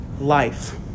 life